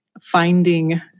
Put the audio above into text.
finding